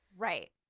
right.